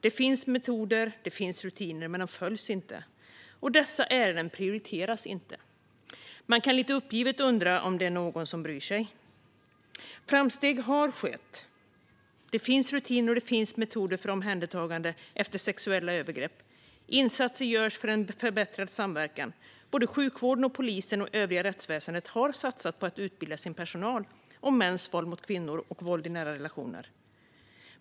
Det finns metoder och rutiner, men de följs inte. Och dessa ärenden prioriteras inte. Man kan lite uppgivet undra om det är någon som bryr sig. Framsteg har skett. Det finns rutiner och metoder för omhändertagande efter sexuella övergrepp. Insatser görs för en förbättrad samverkan. Sjukvården, polisen och övriga rättsväsendet har satsat på att utbilda sin personal om mäns våld mot kvinnor och våld i nära relationer.